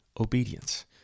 obedience